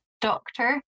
Doctor